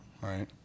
right